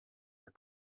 your